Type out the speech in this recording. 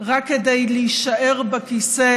רק כדי להישאר בכיסא.